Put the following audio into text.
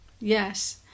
Yes